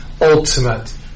ultimate